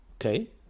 Okay